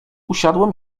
usiadłem